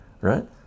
right